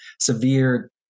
severe